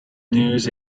news